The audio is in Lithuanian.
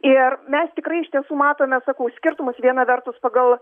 ir mes tikrai iš tiesų matome sakau skirtumus viena vertus pagal